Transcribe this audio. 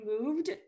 moved